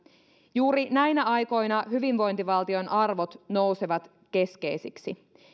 juuri näinä aikoina hyvinvointivaltion arvot nousevat keskeisiksi